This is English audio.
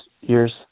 years